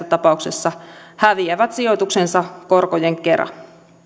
tapauksessa häviävät sijoituksensa korkojen kera